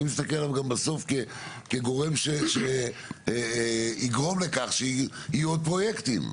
אני מסתכל עליו גם בסוף כגורם שיגרום לכך שיהיו עוד פרויקטים.